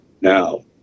Now